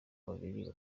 babiri